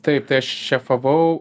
taip tai aš šefavau